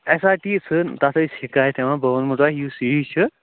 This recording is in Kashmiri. ایٚس آر ٹی ژھٕن تَتھ حظ چھِ شِکایَت یِوان بہٕ وَنو تۄہہِ یُس یہِ چھِ